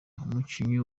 umukinnyi